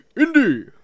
Indy